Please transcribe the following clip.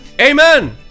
Amen